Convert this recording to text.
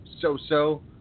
so-so